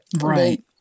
Right